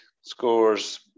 Scores